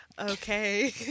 okay